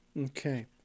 okay